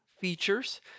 features